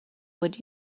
would